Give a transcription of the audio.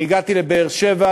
אני הגעתי לבאר-שבע,